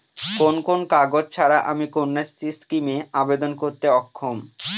কোন কোন কাগজ ছাড়া আমি কন্যাশ্রী স্কিমে আবেদন করতে অক্ষম?